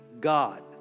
God